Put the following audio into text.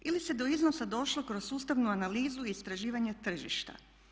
Ili se do iznosa došlo kroz sustavnu analizu istraživanja tržišta?